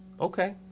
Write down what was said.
Okay